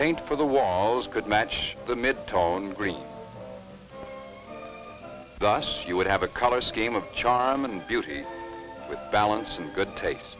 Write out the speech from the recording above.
paint for the walls could match the mid tone green thus you would have a color scheme of charm and beauty with balance and good ta